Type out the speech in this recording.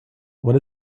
what